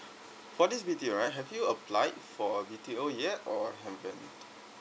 what is B_T_O alright have you applied for a B_T_O yet or haven't